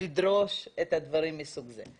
לדרוש דברים מסוג זה.